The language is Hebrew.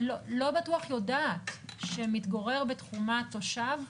לא בטוח יודעת שמתגורר בתחומה תושב,